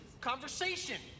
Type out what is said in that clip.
conversation